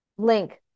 link